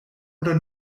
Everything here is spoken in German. oder